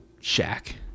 shack